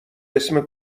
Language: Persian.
اسم